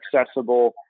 accessible